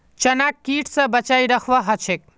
चनाक कीट स बचई रखवा ह छेक